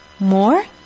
More